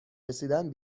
رسیدن